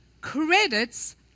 credits